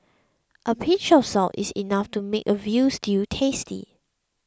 a pinch of salt is enough to make a Veal Stew tasty